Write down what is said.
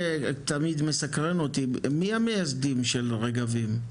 מה שתמיד מסקרן אותי, מי המייסדים של רגבים?